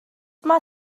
mae